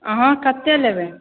अहाँ कतेक लेबै